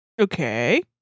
Okay